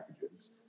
packages